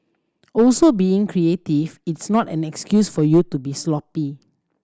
also being creative is not an excuse for you to be sloppy